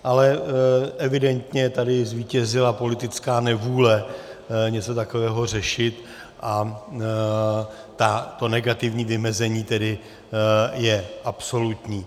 Ale evidentně tady zvítězila politická nevůle něco takového řešit a to negativní vymezení tedy je absolutní.